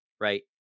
right